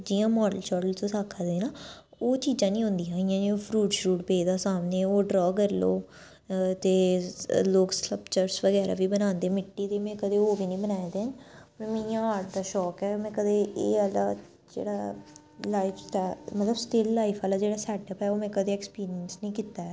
जियां माडल शाडल तुस आक्खा दे न ओह् चीज़ां नी होंदियां हियां इयां फरूट शरूट पेदा सामनै ओह् ड्रा कर लो ते लोक चर्च बगैरा बी बनांदे मिट्टी दी में कदें ओह् बी नी बनाए दे न में इयां आर्ट दी शौक ऐ में कदें एह् आह्ला जेह्ड़ा लाइफ स्टाइल ऐ मतलब स्किल लाइफ आह्ला जेह्ड़ा सेटअप ऐ ओह् में कदें ऐक्सपिरिंयस नेईं कीता ऐ